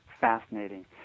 fascinating